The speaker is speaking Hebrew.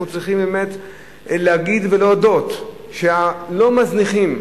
אנחנו צריכים באמת להגיד ולהודות שלא מזניחים.